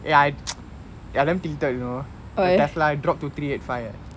ya I I damn tilted you know fly dropped to three eight five